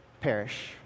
perish